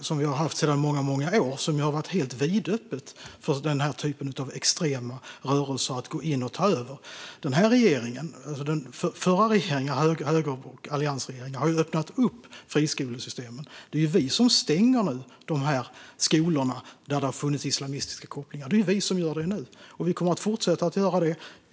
finns sedan många år är helt vidöppet för den typen av extrema rörelser att ta över. Den förra regeringen, alliansregeringen, öppnade friskolesystemet. Det är vi som nu stänger skolorna där det har funnits islamistiska kopplingar, och vi kommer att fortsätta att göra det.